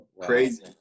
crazy